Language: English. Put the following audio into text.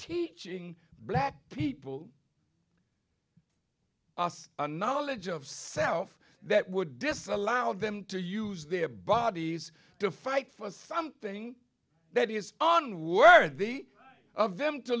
teaching black people the knowledge of self that would disallow them to use their bodies to fight for something that is on worthy of them to